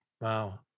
Wow